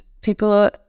people